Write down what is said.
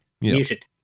Muted